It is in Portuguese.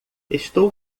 estou